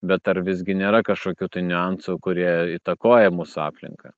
bet ar visgi nėra kažokių tai niuansų kurie įtakoja mūsų aplinką